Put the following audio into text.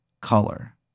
color